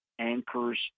anchors